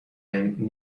and